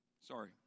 Sorry